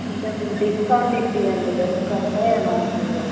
కొంచెం డిస్కౌంట్ ఇపించండి ఎందుకంటే మనకు